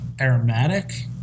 aromatic